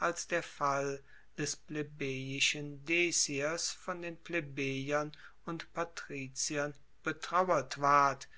als der fall des plebejischen deciers von plebejern und patriziern betrauert ward